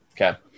Okay